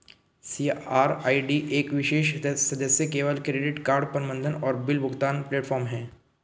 CRED एक विशेष सदस्य केवल क्रेडिट कार्ड प्रबंधन और बिल भुगतान प्लेटफ़ॉर्म है